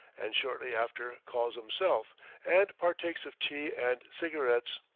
and shortly after calls himself and partakes of tea and cigarettes,